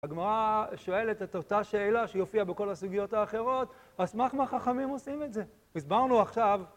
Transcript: הגמרא שואלת את אותה שאלה, שהיא הופיעה בכל הסוגיות האחרות, אז מכמה חכמים עושים את זה. הסברנו עכשיו.